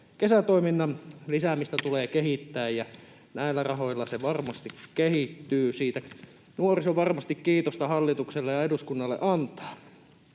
kesätoiminnan lisäämistä tulee kehittää, ja näillä rahoilla se varmasti kehittyy. Siitä nuoriso varmasti kiitosta hallitukselle ja eduskunnalle antaa.